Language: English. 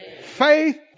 Faith